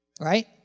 right